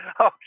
Okay